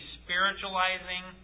spiritualizing